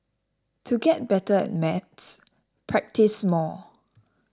to get better at maths practise more